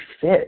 fit